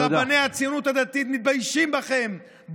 רבני הציונות הדתית מתביישים בכם,